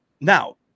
now